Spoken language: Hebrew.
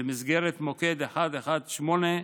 במסגרת מוקד 118,